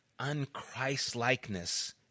unchristlikeness